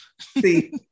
See